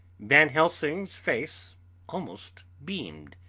van helsing's face almost beamed,